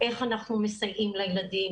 איך אנחנו מסייעים לילדים,